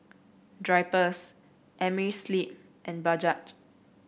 Drypers Amerisleep and Bajaj